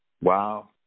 wow